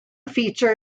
feature